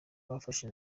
bafashe